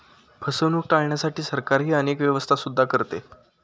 फसवणूक टाळण्यासाठी सरकारही अनेक व्यवस्था सुद्धा करते